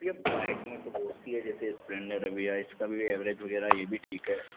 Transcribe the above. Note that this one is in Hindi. भैया बाइक में तो बहुत सी है जैसे स्पलेंडर भैया इसका भी ऐवरेज वगैरह ये भी ठीक है